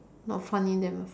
not funny then